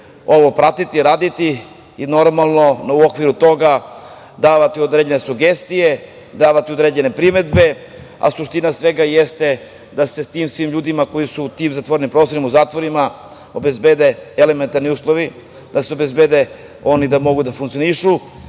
ovo pratiti, raditi i u okviru toga davati određene sugestije, određene primedbe, a suština svega jeste da se svim tim ljudima koji su u tim zatvorenim prostorima, u zatvorima, obezbede elementarni uslovi da oni mogu da funkcionišu,